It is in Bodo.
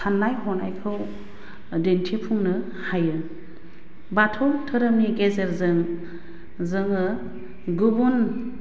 सान्नाय हनायखौ दिन्थिफुंनो हायो बाथौ दोहोरोमनि गेजेरजों जोङो गुबुन